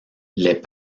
les